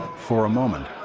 for a moment,